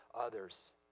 others